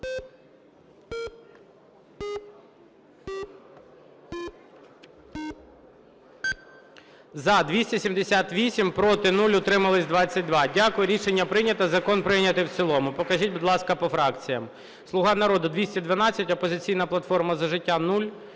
За-278 Проти – 0, утримались – 22. Дякую. Рішення прийнято. Закон прийнятий в цілому. Покажіть, будь ласка, по фракціям. "Слуга народу" - 212, "Опозиційна платформа - За життя" – 0,